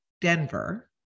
Denver